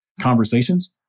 conversations